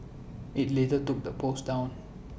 IT later took the post down